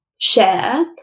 share